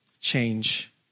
change